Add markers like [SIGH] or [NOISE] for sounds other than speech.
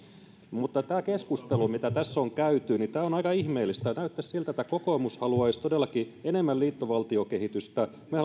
mutta tämä keskustelu mitä tässä on käyty on aika ihmeellistä näyttäisi siltä että kokoomus haluaisi todellakin enemmän liittovaltiokehitystä me [UNINTELLIGIBLE]